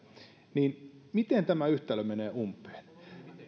miten tämä yhtälö menee umpeen